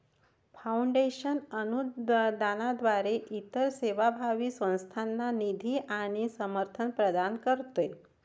foundation अनुदानाद्वारे इतर सेवाभावी संस्थांना निधी आणि समर्थन प्रदान करते